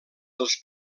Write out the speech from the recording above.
dels